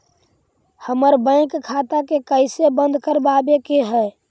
हमर बैंक खाता के कैसे बंद करबाबे के है?